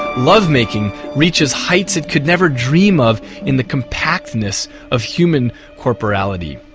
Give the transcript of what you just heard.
love-making reaches heights it could never dream of in the compactness of human corporality.